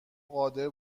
قادر